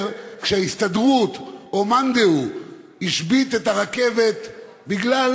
כשההסתדרות או מאן דהוא השבית את הרכבת בגלל